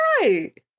right